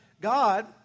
God